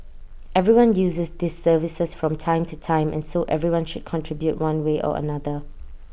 everyone uses these services from time to time and so everyone should contribute one way or another